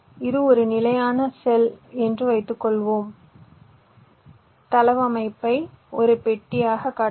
இது ஒரு நிலையான செல் என்று வைத்துக்கொள்வோம் தளவமைப்பை ஒரு பெட்டியாகக் காட்டலாம்